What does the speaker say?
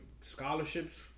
scholarships